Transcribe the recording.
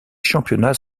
championnats